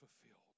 fulfilled